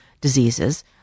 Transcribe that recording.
diseases